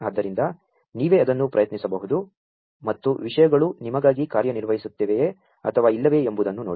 ಆದ್ದರಿಂ ದ ನೀ ವೇ ಅದನ್ನು ಪ್ರಯತ್ನಿಸಬಹು ದು ಮತ್ತು ವಿಷಯಗಳು ನಿಮಗಾ ಗಿ ಕಾ ರ್ಯ ನಿರ್ವ ಹಿಸು ತ್ತಿವೆಯೇ ಅಥವಾ ಇಲ್ಲವೇ ಎಂ ಬು ದನ್ನು ನೋ ಡಿ